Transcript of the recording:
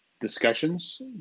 discussions